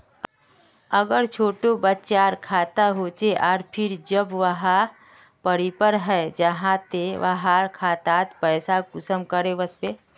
अगर छोटो बच्चार खाता होचे आर फिर जब वहाँ परिपक है जहा ते वहार खातात पैसा कुंसम करे वस्बे?